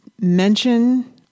mention